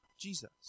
Jesus